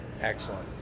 Excellent